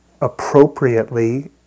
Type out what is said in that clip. appropriately